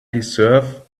deserve